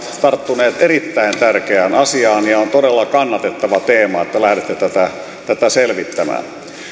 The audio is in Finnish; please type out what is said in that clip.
tarttuneet erittäin tärkeään asiaan ja on todella kannatettava teema että lähdette tätä tätä selvittämään